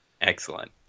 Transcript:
Excellent